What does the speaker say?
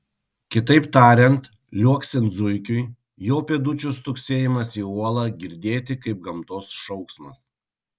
kitaip tariant liuoksint zuikiui jo pėdučių stuksėjimas į uolą girdėti kaip gamtos šauksmas